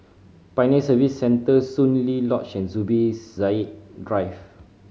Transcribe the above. Pioneer Service Centre Soon Lee Lodge and Zubir Said Drive